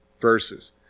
verses